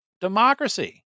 democracy